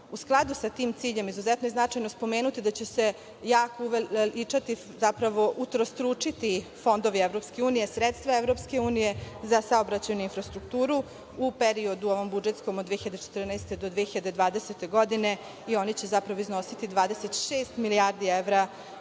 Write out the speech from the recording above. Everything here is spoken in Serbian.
U skladu sa tim ciljem, izuzetno je značajno spomenuti da će se jako uveličati, zapravo utrostručiti fondovi EU, sredstva EU za saobraćajnu infrastrukturu u ovom budžetskom periodu od 2014. do 2020. godine i oni će iznositi 26 milijardi evra u